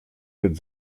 êtes